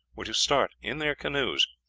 were to start in their canoes,